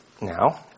now